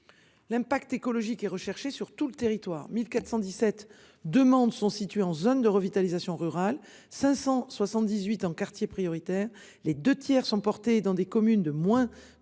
L'impact écologique et recherché sur tout le territoire 1417 demandes sont situés en zone de revitalisation rurale 578 ans quartiers prioritaires les 2 tiers sont portés dans des communes de moins de